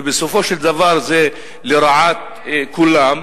ובסופו של דבר זה לרעת כולם.